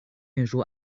运输